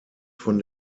von